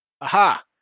Aha